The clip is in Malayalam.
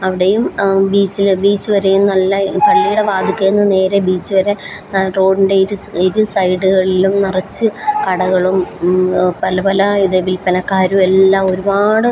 അവിടെയും ബീച്ചിൽ ബീച്ച് വരെയും നല്ല പള്ളീടെ വാതിക്കേന്ന് നേരെ ബീച്ച് വരെ റോഡിൻ്റെ ഇരു ഇരു സൈഡുകളിലും നിറച്ച് കടകളും പല പല ഇത് വിൽപ്പനക്കാരുമെല്ലാം ഒരുപാട്